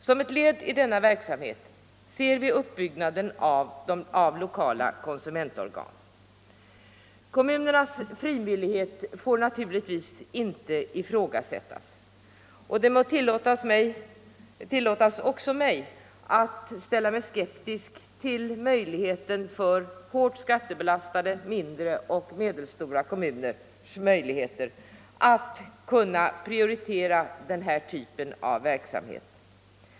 Som ett led i denna verksamhet ser vi uppbyggnaden av lokala konsumentorgan. Kommunernas frivillighet får naturligtvis inte ifrågasättas. Det må tillåtas också mig att ställa mig skeptisk till hårt skattebelastade mindre och medelstora kommuners möjligheter att prioritera denna typ av verksamhet.